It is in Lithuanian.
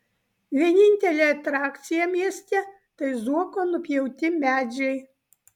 vienintelė atrakcija mieste tai zuoko nupjauti medžiai